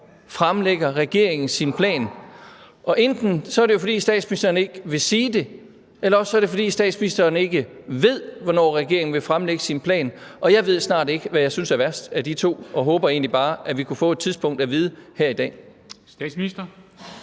fremlægger regeringen sin plan? Enten er det jo, fordi statsministeren ikke vil sige det, eller også er det, fordi statsministeren ikke ved, hvornår regeringen vil fremlægge sin plan. Og jeg ved snart ikke, hvad jeg synes er værst af de to svar, og jeg håber egentlig bare, at vi kunne få et tidspunkt at vide her i dag. Kl.